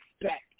expect